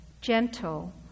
gentle